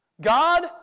God